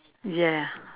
ya